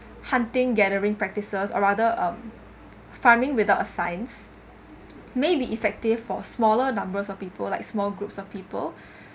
hunting gathering practice or rather um farming without science may be effective for smaller numbers of people like small groups of people